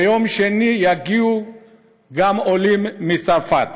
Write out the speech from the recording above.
ביום שני יגיעו גם עולים מצרפת.